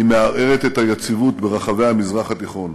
היא מערערת את היציבות ברחבי המזרח התיכון.